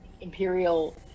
Imperial